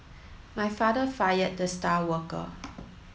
my father fired the star worker